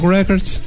Records